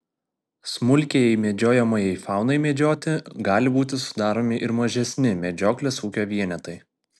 smulkiajai medžiojamajai faunai medžioti gali būti sudaromi ir mažesni medžioklės ūkio vienetai